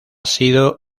sido